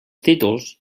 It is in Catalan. títols